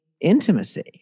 Intimacy